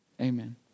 Amen